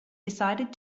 decided